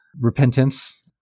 repentance